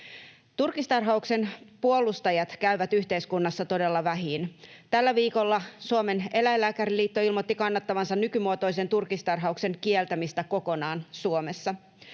Turkistarhauksen puolustajat käyvät yhteiskunnassa todella vähiin. Tällä viikolla Suomen Eläinlääkäriliitto ilmoitti kannattavansa nykymuotoisen turkistarhauksen kieltämistä kokonaan Suomessa.